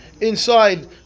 inside